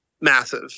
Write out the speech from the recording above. massive